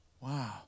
Wow